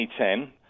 2010